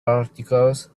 articles